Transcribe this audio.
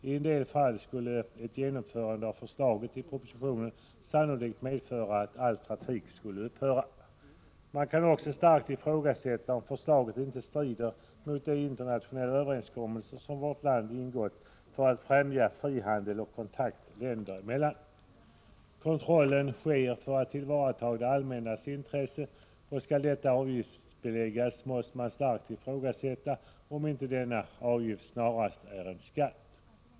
I en del fall skulle ett genomförande av förslaget i propositionen sannolikt medföra att all trafik skulle upphöra. Man kan också starkt ifrågasätta om förslaget inte strider mot de internationella överenskommelser som vårt land ingått för att främja frihandeln och kontakten länder emellan. Tullkontrollen sker för att tillvarata det allmännas intresse, och skall denna avgiftsbeläggas måste man starkt ifrågasätta om inte denna avgift snarast är en skatt.